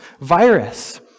virus